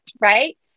Right